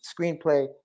screenplay